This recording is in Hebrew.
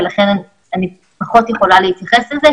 לכן אני פחות יכולה להתייחס לזה.